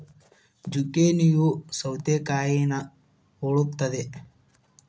ಜುಕೇನಿಯೂ ಸೌತೆಕಾಯಿನಾ ಹೊಲುತ್ತದೆ